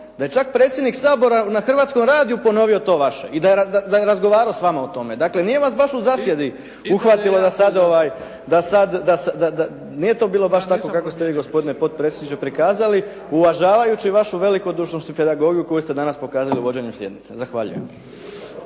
da je čak predsjednik Sabora na Hrvatskom radiju ponovio to vaše i da je razgovarao s vama o tome. Dakle, nije vas baš u zasjedi uhvatila. Nije to bilo baš tako kako ste vi, gospodine potpredsjedniče prikazali uvažavajući vašu velikodušnost i pedagogiju koju ste danas pokazali u vođenju sjednice. Zahvaljujem.